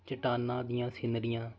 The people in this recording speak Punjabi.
ਚਟਾਨਾਂ ਦੀਆਂ ਸੀਨਰੀਆਂ